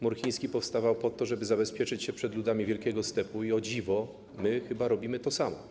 Mur chiński powstawał po to, żeby zabezpieczyć się przed ludami Wielkiego Stepu, i o dziwo my chyba robimy to samo.